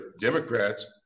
Democrats